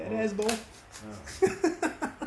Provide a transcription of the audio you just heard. that ass though